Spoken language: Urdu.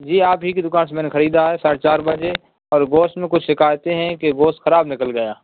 جی آپ ہی کی دکان سے میں نے خریدا ہے ساڑھے چار بجے سر گوشت میں کچھ شکایتیں ہیں کہ گوشت خراب نکل گیا